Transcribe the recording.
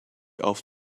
off